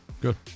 good